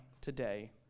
today